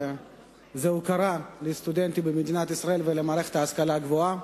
הוקרה לסטודנטים במדינת ישראל ולמערכת ההשכלה הגבוהה,